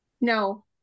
no